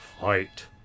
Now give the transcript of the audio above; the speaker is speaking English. fight